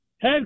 head